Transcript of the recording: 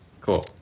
Cool